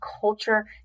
culture